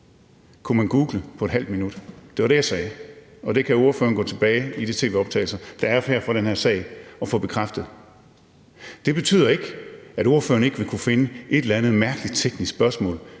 kunne man google på et halvt minut. Det var det, jeg sagde. Og det kan ordføreren gå tilbage i de tv-optagelser, der er fra den her sag, og få bekræftet. Det betyder ikke, at ordføreren ikke vil kunne finde et eller andet mærkeligt teknisk spørgsmål,